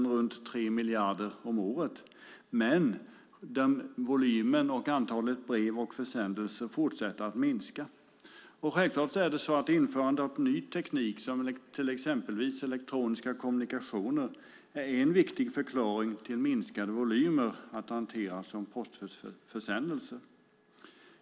Det är runt 3 miljarder om året. Denna volym, antalet brev och försändelser, fortsätter dock att minska. Självklart är det så att införande av ny teknik, exempelvis elektroniska kommunikationer, är en viktig förklaring till minskade volymer av postförsändelser.